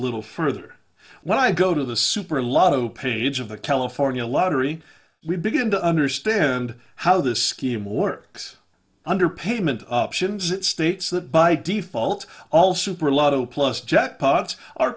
little further when i go to the super lotto page of the california lottery we begin to understand how this scheme works underpayment up shims it states that by default all super lotto plus jackpot are